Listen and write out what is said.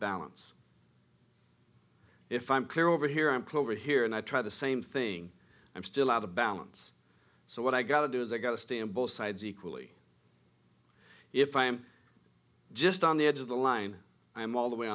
balance if i'm clear over here i'm clover here and i tried the same thing i'm still out of balance so what i got to do is i got to stand both sides equally if i'm just on the edge of the line i'm all the way